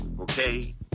okay